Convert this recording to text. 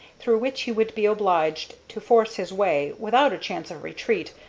through which he would be obliged to force his way without a chance of retreat,